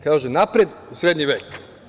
Kaže: „Napred u srednji vek“